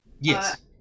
Yes